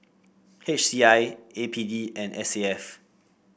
H C I A P D and S A F